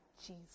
Jesus